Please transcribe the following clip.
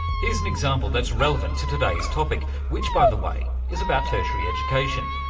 here's an example that's relevant to today's topic which, by the way, is about tertiary education.